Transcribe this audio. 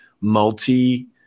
multi-